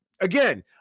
again